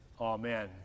Amen